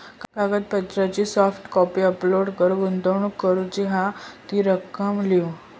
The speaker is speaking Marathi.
कागदपत्रांची सॉफ्ट कॉपी अपलोड कर, गुंतवणूक करूची हा ती रक्कम लिव्ह